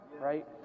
right